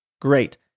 Great